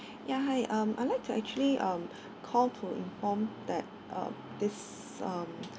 ya hi um I like to actually um call to inform that uh this um